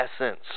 essence